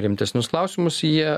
rimtesnius klausimus jie